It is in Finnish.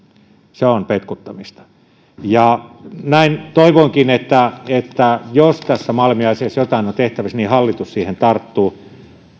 se on petkuttamista ja näin toivonkin että että jos tässä malmin asiassa jotain on tehtävissä niin hallitus siihen tarttuu